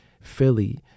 Philly